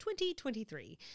2023